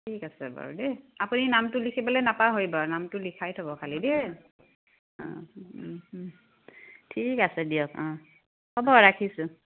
ঠিক আছে বাৰু দেই আপুনি নামটো লিখিবলৈ নাপাহৰিব নামটো লিখাই থ'ব খালী দেই ঠিক আছে দিয়ক হ'ব ৰাখিছোঁ